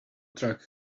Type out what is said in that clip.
truck